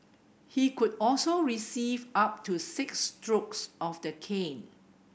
he could also receive up to six strokes of the cane